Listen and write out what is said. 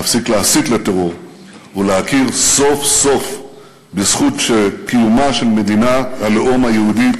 להפסיק להסית לטרור ולהכיר סוף-סוף בזכות קיומה של מדינת הלאום היהודית,